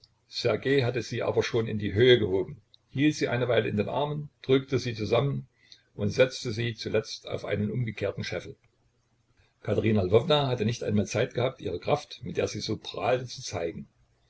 hatte sie aber schon in die höhe gehoben hielt sie eine weile in den armen drückte sie zusammen und setzte sie zuletzt auf einen umgekehrten scheffel katerina lwowna hatte nicht einmal zeit gehabt ihre kraft mit der sie so prahlte zu zeigen